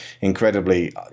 incredibly